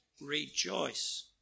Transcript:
rejoice